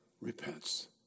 repents